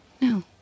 No